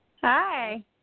Hi